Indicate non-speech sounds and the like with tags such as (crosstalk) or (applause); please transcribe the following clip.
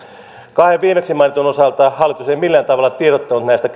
kahden viimeksi mainitun osalta hallitus ei millään tavalla tiedottanut näistä (unintelligible)